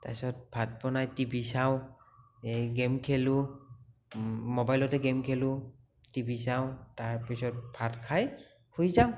তাৰপাছত ভাত বনাই টিভি চাওঁ গেম খেলোঁ ম'বাইলতে গেম খেলো টিভি চাওঁ তাৰপিছত ভাত খাই শুই যাওঁ